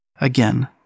again